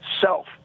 self